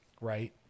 right